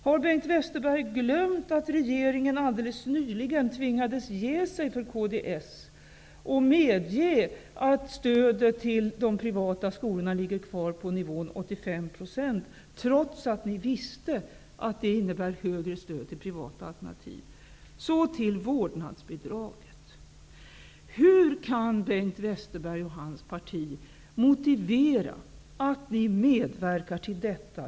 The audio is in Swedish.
Har Bengt Westerberg glömt att regeringen alldeles nyligen tvingades ge sig för kds och medge att stödet till de privata skolorna ligger kvar på nivån 85 %, trots att ni visste att det innebär högre stöd till privata alternativ? Så till vårdnadsbidraget. Hur kan Bengt Westerberg och hans parti motivera att de medverkar till detta?